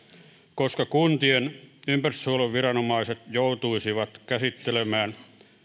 koska kuntien ympäristönsuojeluviranomaiset joutuisivat käsittelemään